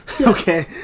Okay